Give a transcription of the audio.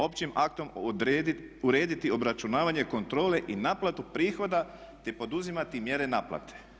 Općim aktom urediti obračunavanje kontrole i naplatu prihoda te poduzimati mjere naplate.